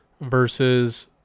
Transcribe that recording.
versus